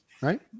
right